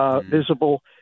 visible